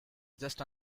just